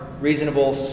reasonable